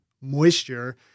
moisture